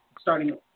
starting